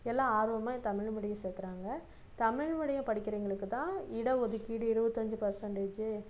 எல்லாம் ஆர்வமாக தமிழ் மீடியம் சேர்க்குறாங்க தமிழ் மீடியம் படிக்கிறவங்களுக்கு தான் இட ஒதுக்கீடு இருபத்தஞ்சி பர்சன்டேஜூ